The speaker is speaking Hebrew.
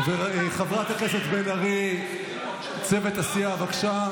חברת הכנסת בן ארי, צוות הסיעה, בבקשה.